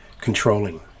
controlling